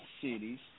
cities